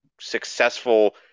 successful